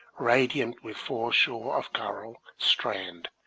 radiant with fore shore of coral strand,